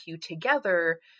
together